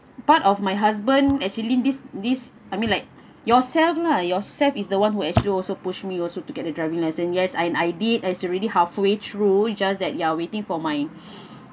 part of my husband actually this this I mean like yourself lah yourself is the one who actually also push me also to get a driving license yes I I did as already halfway through just that ya waiting for my